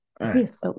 Yes